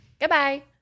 Goodbye